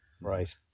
Right